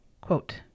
Quote